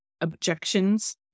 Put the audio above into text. objections